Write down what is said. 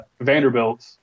Vanderbilt